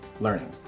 learning